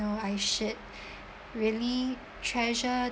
I should really treasure